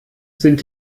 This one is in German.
sind